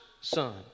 son